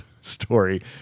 story